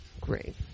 Great